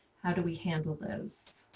how do we handle those?